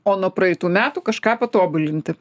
o nuo praeitų metų kažką patobulinti